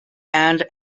and